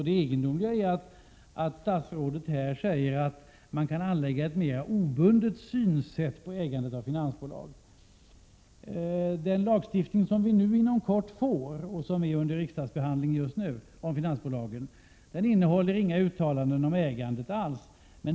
Det egendomliga är att statsrådet säger att man kan anlägga ett mera obundet synsätt på ägandet i finansbolag. Den lagstiftning om finansbolag som vi kommer att få inom kort och som just nu är under riksdagsbehandling kommer inte att innehålla några uttalanden om ägandet.